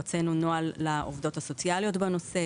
הוצאנו נוהל לעובדות הסוציאליות בנושא,